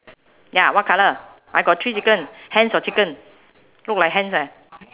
ya what colour I got three chicken hens or chicken look like hens eh